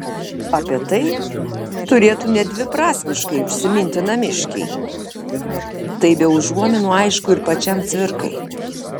apie tai turėtų nedviprasmiškai užsiminti namiškiai tai be užuominų aišku ir pačiam cvirkai